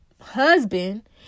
husband